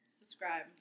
subscribe